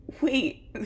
wait